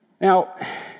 Now